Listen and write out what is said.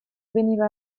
veniva